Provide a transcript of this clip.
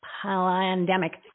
pandemic